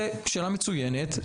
זאת שאלה מצוינת,